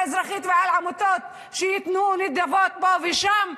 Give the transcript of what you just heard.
אזרחית ועל עמותות שייתנו נדבות פה ושם,